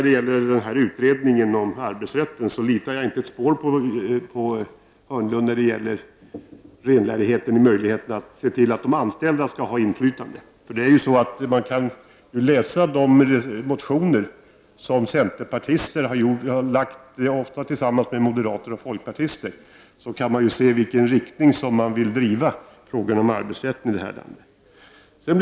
Vad gäller utredningen om arbetsrätten litar jag inte ett spår på hans renlärighet som går ut på att ge de anställda inflytande. I de motioner som centerpartister har väckt, ofta tillsammans med moderater och folkpartister, kan man se i vilken riktning de vill driva frågorna om arbetsrätten i landet.